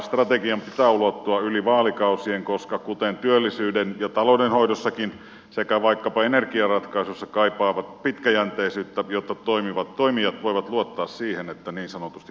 strategian pitää ulottua yli vaalikausien koska kuten työllisyyden ja taloudenhoidossakin sekä vaikkapa energiaratkaisuissa kaivataan pitkäjänteisyyttä jotta toimivat toimijat voivat luottaa siihen että niin sanotusti pohja pitää